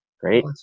Great